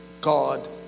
God